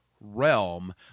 realm